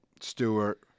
Stewart